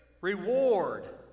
reward